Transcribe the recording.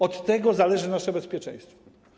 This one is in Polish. Od tego zależy nasze bezpieczeństwo.